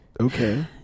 Okay